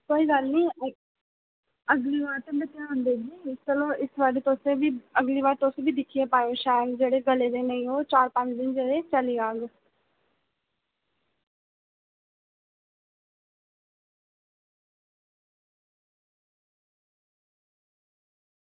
कोई गल्ल निं अगली बार तुं'दा ध्यान देगे ते अगली बार तुस बी दिक्खियै पाएओ शैल जेह्ड़े सड़े दे निं होन चार पंज दिन चली जान